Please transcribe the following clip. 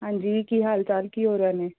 ਹਾਂਜੀ ਕੀ ਹਾਲ ਚਾਲ ਕੀ ਹੋ ਰਹੇ ਨੇ